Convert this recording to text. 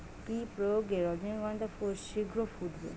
কি প্রয়োগে রজনীগন্ধা ফুল শিঘ্র ফুটবে?